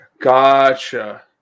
Gotcha